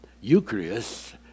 Eucharist